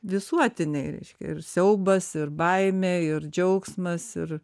visuotinai reiškia ir siaubas ir baimė ir džiaugsmas ir